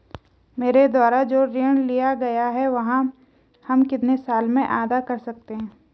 मेरे द्वारा जो ऋण लिया गया है वह हम कितने साल में अदा कर सकते हैं?